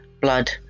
blood